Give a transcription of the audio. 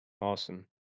Awesome